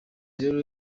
rero